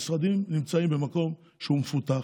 המשרדים נמצאים במקום שהוא מפותח.